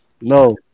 no